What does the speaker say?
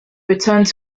returned